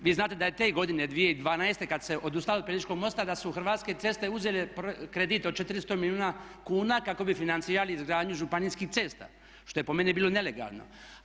Vi znate da je te godine 2012. kad se odustalo od Pelješkog mosta da su Hrvatske ceste uzele kredit od 400 milijuna kuna kako bi financirali izgradnju županijskih cesta što je po meni bilo nelegalno.